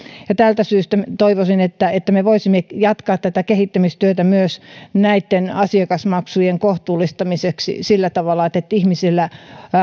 tästä syystä minä toivoisin että että me voisimme jatkaa tätä kehittämistyötä myös näitten asiakasmaksujen kohtuullistamiseksi sillä tavalla että että ihmisillä